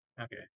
Okay